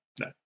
no